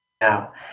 now